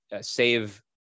save